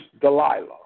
Delilah